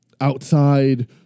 outside